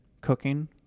Cooking